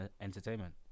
entertainment